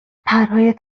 پرهای